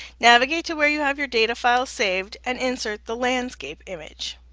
navigate to where you have your data files saved and insert the landscape image.